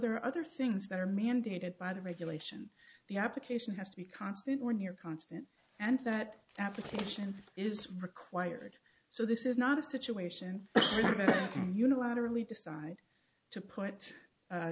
there are other things that are mandated by the regulation the application has to be constant or near constant and that application is required so this is not a situation unilaterally decide to put